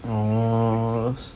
oh